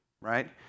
right